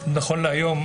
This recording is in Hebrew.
נכון להיום,